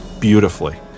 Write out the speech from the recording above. beautifully